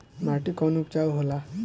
माटी कौन उपजाऊ होला?